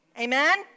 Amen